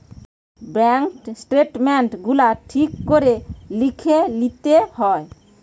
bank statement গুলা ঠিক করে লিখে লিতে হয়